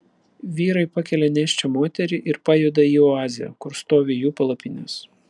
vyrai pakelia nėščią moterį ir pajuda į oazę kur stovi jų palapinės